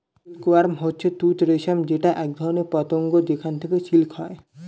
silk worm হচ্ছে তুত রেশম যেটা একধরনের পতঙ্গ যেখান থেকে সিল্ক হয়